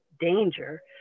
danger